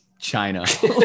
China